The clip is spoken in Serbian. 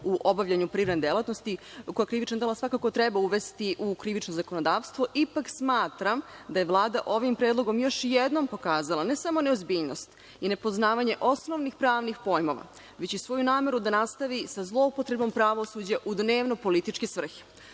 u obavljanju privredne delatnosti, koja krivična dela svakako treba uvesti u krivično zakonodavstvo i ipak smatram da je Vlada ovim predlogom još jednom pokazala ne samo neozbiljnost i nepoznavanje osnovnih pravnih pojmova, već i svoju nameru da nastavi sa zloupotrebom pravosuđa u dnevnopolitičke svrhe. Evo